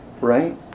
Right